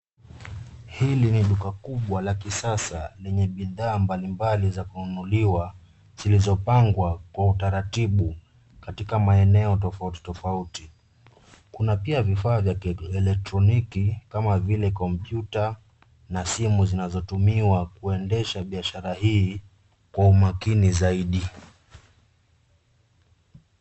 Hili ni duka kubwa la kisasa, lenye bidhaa mbali mbali za kununuliwa, zilizopangwa kwa utaratibu katika maeneo tofauti tofauti. Kuna pia vifaa vya kieletroniki, kama vile, kompyuta, na simu zinazotumiwa kuendesha biashara hii kwa umakini zaidi.